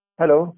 hello